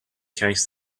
case